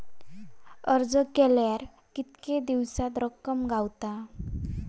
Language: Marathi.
अर्ज केल्यार कीतके दिवसात रक्कम गावता?